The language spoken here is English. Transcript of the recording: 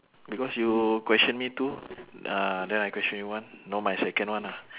because you question me two ah then I question you one now my second one ah